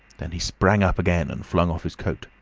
then he sprang up again and flung off his coat.